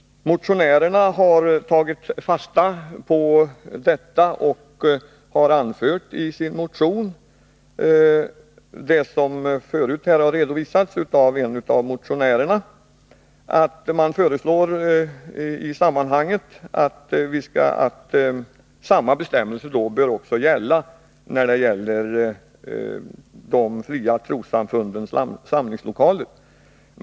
Motionärerna har tagit fasta på detta och har i sin motion anfört, som förut redovisats här av en av motionärerna, att samma bestämmelser bör gälla trossamfundens samlingslokaler.